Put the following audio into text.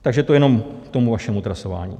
Takže to jenom k tomu vašemu trasování.